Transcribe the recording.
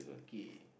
K